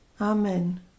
Amen